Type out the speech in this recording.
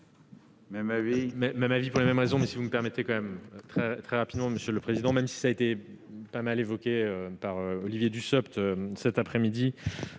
Même avis !